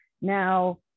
now